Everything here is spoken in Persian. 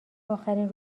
اخرین